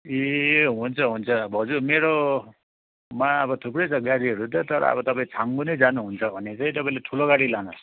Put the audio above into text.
ए हुन्छ हुन्छ भाउजू मेरोमा अब थुप्रै छ गाडीहरू त तर अब तपाईँ छाङ्गु नै जानु हुन्छ भने चाहिँ तपाईँले ठुलो गाडी लानु होस्